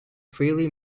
freely